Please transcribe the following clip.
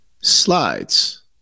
slides